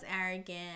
arrogant